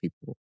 people